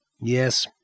Yes